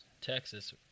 Texas